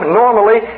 normally